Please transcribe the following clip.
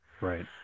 right